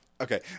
okay